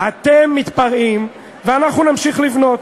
אתם מתפרעים ואנחנו נמשיך לבנות.